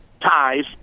Ties